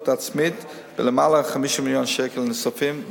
העצמית בלמעלה מ-50 מיליון שקל נוספים.